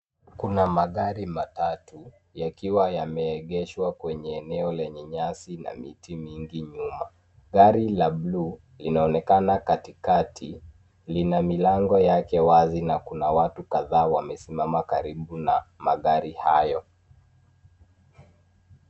Kuna magari matatu yakiwa yameegeshwa kwenye eneo lenye nyasi na miti mingi nyuma. Gari la buluu linaonekana katikati. Lina milango yake wazi na kuna watu kadhaa wamesimama karibu na magari hayo.